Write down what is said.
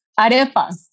arepas